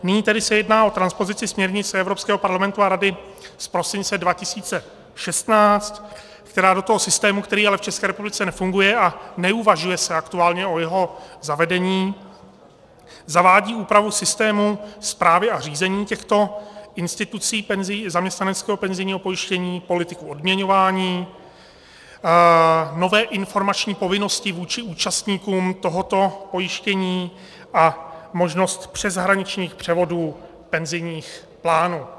Nyní tedy se jedná o transpozici směrnic Evropského parlamentu a Rady z prosince 2016, která do toho systému, který ale v České republice nefunguje, a neuvažuje se aktuálně o jeho zavedení, zavádí úpravu systému správy a řízení těchto institucí zaměstnaneckého penzijního pojištění, politiku odměňování, nové informační povinnosti vůči účastníkům tohoto pojištění a možnost přeshraničních převodů penzijních plánů.